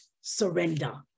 surrender